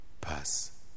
pass